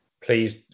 please